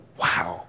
wow